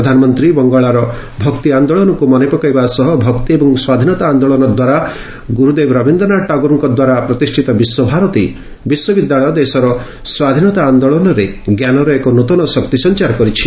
ପ୍ରଧାନମନ୍ତ୍ରୀ ବଙ୍ଗଳାର ଭକ୍ତି ଆନ୍ଦୋଳନକୁ ମନେ ପକାଇବା ସହ ଭକ୍ତି ଏବଂ ସ୍ୱାଧୀନତା ଆନ୍ଦୋଳନ ଦ୍ୱାରା ଗୁରୁଦେବ ରବିନ୍ଦ୍ରନାଥ ଟାଗୋରଙ୍କ ଦ୍ୱାରା ପ୍ରତିଷ୍ଠିତ ବିଶ୍ୱଭାରତୀ ବିଶ୍ୱବିଦ୍ୟାଳୟ ଦେଶର ସ୍ୱାଧୀନତା ଆନ୍ଦୋଳନରେ ଜ୍ଞାନର ଏକ ନ୍ତନ ଶକ୍ତି ସଞ୍ଚାର କରିଛି